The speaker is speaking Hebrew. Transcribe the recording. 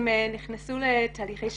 נכנסו לתהליכי שיקום.